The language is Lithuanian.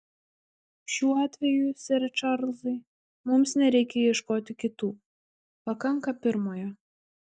šiuo atveju sere čarlzai mums nereikia ieškoti kitų pakanka pirmojo